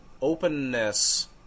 openness